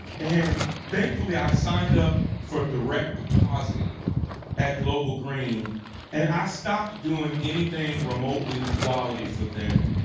and thankfully, i signed up for direct deposit at global green and i stopped doing anything remotely quality for them.